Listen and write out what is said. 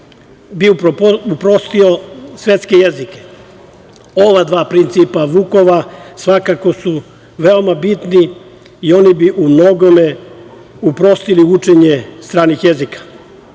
bi uprostio svetske jezike. Ova dva Vukova principa svakako su veoma bitni i oni bi u mnogome uprostili učenje stranih jezika. Imajući